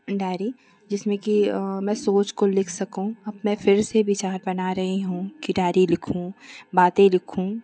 diary जिसमें की अ मैं सोच को लिख सकूं अब मैं फिर बिचार बना रही हूँ कि डायरी लिखूँ बातें लिखूँ